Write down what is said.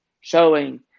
showing